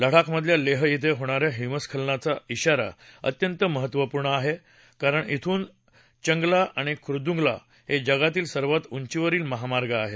लडाख मधल्या लेह धि़ होणा या हिमस्खलनाचा विगारा अत्यंत महत्त्वपूर्ण आहे कारण श्रिन चंग ला आणि खर्दुग ला हे जगातील सर्वात उचीवरील महामार्ग आहेत